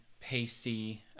pasty